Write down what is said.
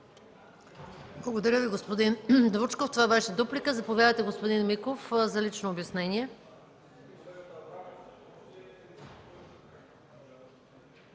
Благодаря Ви, господин Вучков. Това беше дуплика. Заповядайте, господин Миков, за лично обяснение.